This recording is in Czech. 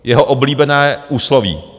Jeho oblíbené úsloví.